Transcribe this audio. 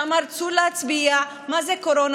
שאמר: צאו להצביע, מה זה קורונה?